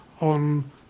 on